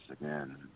again